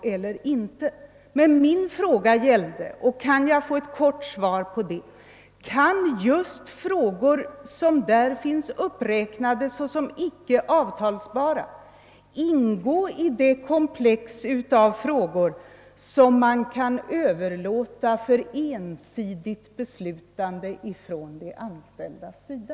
Vad jag ville veta — och jag kanske kan få ett kort svar — var om just de frågor som finns upptagna där såsom icke avtalbara ingår i det komplex av frågor som man kan överlåta till ett ensidigt beslutande från de anställdas sida.